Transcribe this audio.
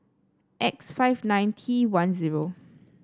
X five nine T one zero